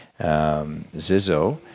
Zizzo